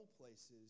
places